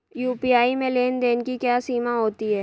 UPI में लेन देन की क्या सीमा होती है?